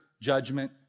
judgment